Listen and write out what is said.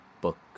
book